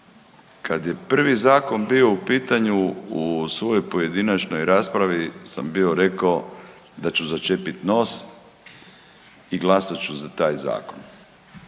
Kad je prvi zakon bio u pitanju u svojoj pojedinačnoj raspravi sam bio rekao da ću začepit nos i glasat ću za taj zakon.